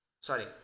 Sorry